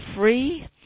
free